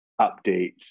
updates